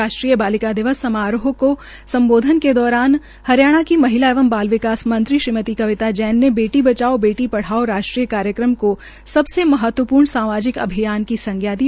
राष्ट्रीय बालिका दिवस समारोह को संबोधन के दौरान हरियाणा की महिला एवं बाल विकास मंत्री श्रीमती कविता जैन ने बेटी बचाओ बेटी पढ़ाओ राष्ट्रीय कार्यक्रम को सबसे महत्वप्रर्ण सामाजिक अभियान की संज्ञा दी